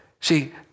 See